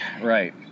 Right